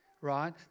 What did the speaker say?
right